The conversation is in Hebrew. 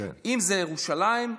אם זה ירושלים,